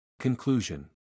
Conclusion